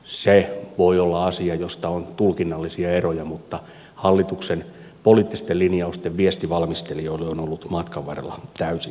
se voi olla asia josta on tulkinnallisia eroja mutta hallituksen poliittisten linjausten viesti valmistelijoille on ollut matkan varrella täysin selvä